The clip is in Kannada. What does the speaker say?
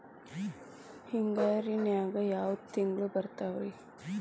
ಹಿಂಗಾರಿನ್ಯಾಗ ಯಾವ ತಿಂಗ್ಳು ಬರ್ತಾವ ರಿ?